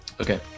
Okay